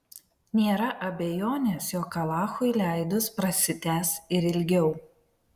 nėra abejonės jog alachui leidus prasitęs ir ilgiau